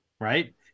Right